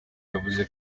yavuze